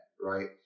right